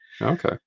okay